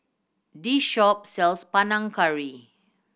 this shop sells Panang Curry